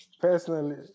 Personally